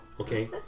Okay